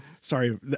Sorry